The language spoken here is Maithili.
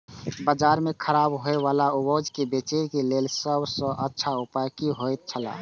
बाजार में खराब होय वाला उपज के बेचे के लेल सब सॉ अच्छा उपाय की होयत छला?